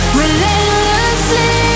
relentlessly